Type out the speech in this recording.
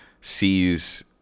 sees